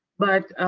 but